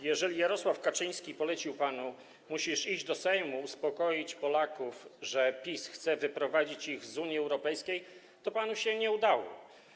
Jeżeli Jarosław Kaczyński polecił panu: musisz iść do Sejmu, uspokoić Polaków, że PiS chce wyprowadzić ich z Unii Europejskiej, to panu się to nie udało.